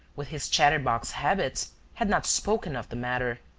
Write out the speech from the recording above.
with his chatterbox habits, had not spoken of the matter.